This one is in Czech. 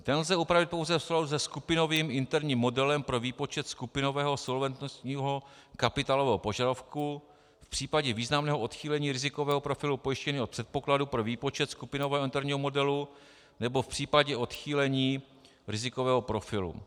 Ten lze upravit pouze v souladu se skupinovým interním modelem pro výpočet skupinového solventnostního kapitálového požadavku v případě významného odchýlení rizikového profilu pojištěného předpokladu pro výpočet skupinového interního modelu, nebo v případě odchýlení rizikového profilu.